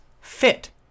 fit